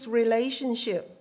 relationship